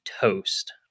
toast